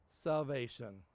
salvation